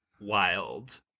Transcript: wild